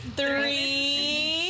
three